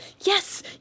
yes